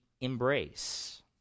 embrace